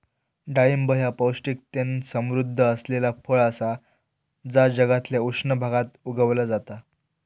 डाळिंब ह्या पौष्टिकतेन समृध्द असलेला फळ असा जा जगातल्या उष्ण भागात उगवला जाता